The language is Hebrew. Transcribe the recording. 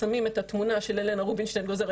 שמים את התמונה של הלנה רובינשטיין גוזרת